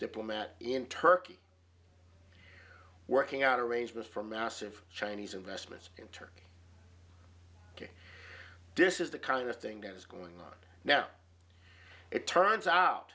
diplomat in turkey working out arrangements for massive chinese investments in turkey ok this is the kind of thing that is going on now it turns out